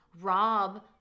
rob